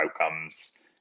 outcomes